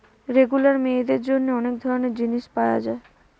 regular মেয়েদের জন্যে অনেক ধরণের জিনিস পায়া যায়